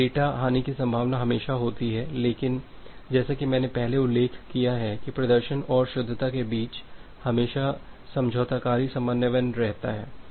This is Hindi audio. वहां डेटा हानि की संभावना हमेशा होती है लेकिन जैसा कि मैंने पहले उल्लेख किया है कि प्रदर्शन और शुद्धता के बीच हमेशा समझौताकारी समन्वयन रहता है